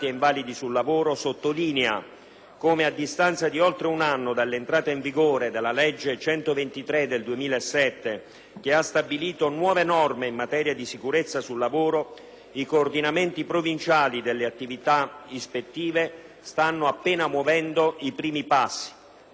che, a distanza di oltre un anno dall'entrata in vigore della legge 3 agosto 2007, n. 123, che ha stabilito nuove norme in materia di sicurezza sul lavoro, i coordinamenti provinciali delle attività ispettive stanno appena muovendo i primi passi, mentre il personale impegnato